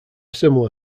similar